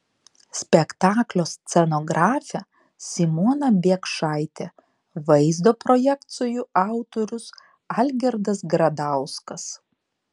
spektaklio scenografė simona biekšaitė vaizdo projekcijų autorius algirdas gradauskas